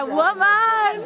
woman